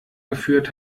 geführt